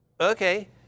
Okay